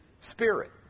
spirit